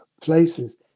places